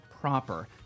proper